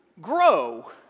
grow